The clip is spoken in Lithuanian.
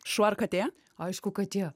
šuo ar katė aišku katė